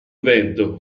vento